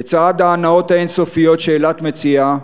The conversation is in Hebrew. לצד ההנאות האין-סופיות שאילת מציעה,